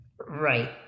right